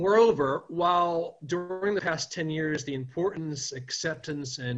מעבר לכך בעשר השנים האחרונות החשיבות של